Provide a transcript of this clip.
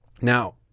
Now